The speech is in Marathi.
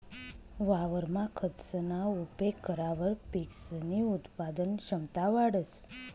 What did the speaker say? वावरमा खतसना उपेग करावर पिकसनी उत्पादन क्षमता वाढंस